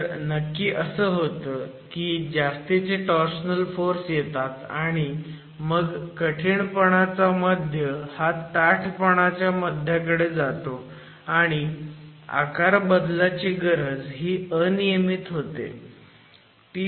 तर नक्की असं होतं की जास्तीचे टोर्शनल फोर्स येतात आणि मग कठीणपणाचा मध्य हा ताठपणाच्या मध्याकडे जातो आणि आकारबदलाची गरज ही अनियमित होते